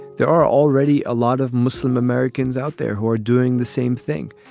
there are already a lot of muslim americans out there who are doing the same thing,